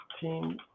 team